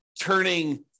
turning